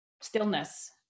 stillness